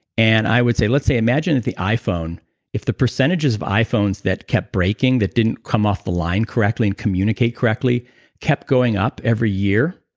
and i would say, let's say imagine if the iphone if the percentages of iphones that kept breaking, that didn't come off the line correctly and communicate correctly kept going up every year,